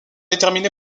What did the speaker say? déterminée